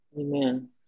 Amen